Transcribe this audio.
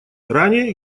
ранее